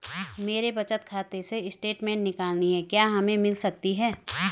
मेरे बचत खाते से स्टेटमेंट निकालनी है क्या हमें मिल सकती है?